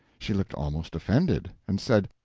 she looked almost offended, and said,